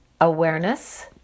awareness